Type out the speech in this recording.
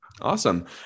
Awesome